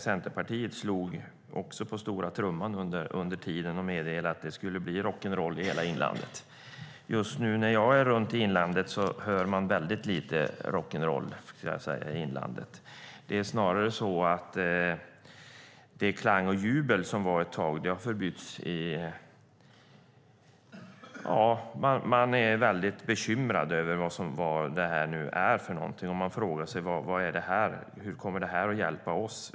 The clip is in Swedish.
Centerpartiet slog också på stora trumman under tiden och meddelade att det skulle bli rock'n'roll i hela inlandet. Just nu när jag åker runt i inlandet hör man mycket lite rock'n'roll. Det är snarare så att all klang och allt jubel som var ett tag har förbytts i bekymmer över detta. Människor undrar hur detta kommer att hjälpa dem?